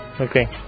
Okay